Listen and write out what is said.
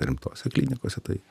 rimtose klinikose tai